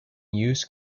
use